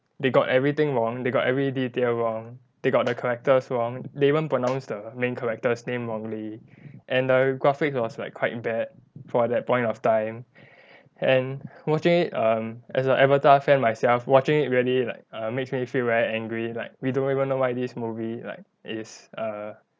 they got everything wrong they got every detail wrong they got the characters wrong they even pronounced the main characters' name wrongly and the graphics was like quite bad for that point of time and watching it um as a avatar fan myself watching it really like err makes me feel very angry like we don't even know why this movie like is err